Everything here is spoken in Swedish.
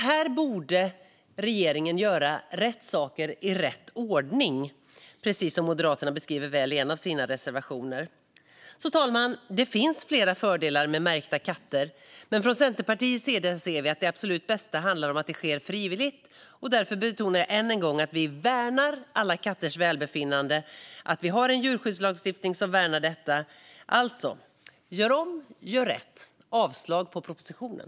Här borde alltså regeringen göra rätt saker i rätt ordning, precis som Moderaterna beskriver väl i en av sina reservationer. Fru talman! Det finns flera fördelar med märkta katter, men från Centerpartiets sida ser vi att det absolut bästa är att det sker frivilligt. Därför betonar jag än en gång att vi värnar alla katters välbefinnande och att vi har en djurskyddslagstiftning som värnar detta. Alltså - gör om, gör rätt! Jag yrkar avslag på propositionen.